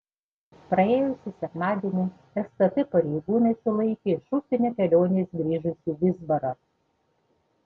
praėjusį sekmadienį stt pareigūnai sulaikė iš užsienio kelionės grįžusį vizbarą